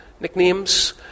Nicknames